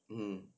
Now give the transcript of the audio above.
mmhmm